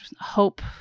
hope